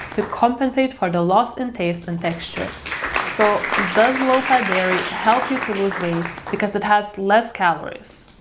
to compensate for the loss in taste and texture so does low fat dairy help you to lose weight because it has less calories?